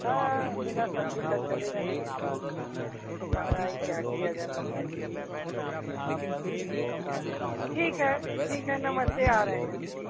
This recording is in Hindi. हाँ बिना सब्ज़ी का चलेगा नहीं अब महंगाई क्या किया जाए महंगाई के लिए अच्छा ठीक है ठीक है नमस्ते आ रहे हैं हम ठीक